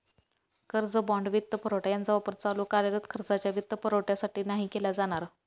कर्ज, बाँड, वित्तपुरवठा यांचा वापर चालू कार्यरत खर्चाच्या वित्तपुरवठ्यासाठी नाही केला जाणार